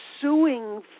suing